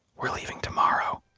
we're leaving tomorrow,